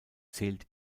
zählt